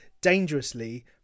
dangerously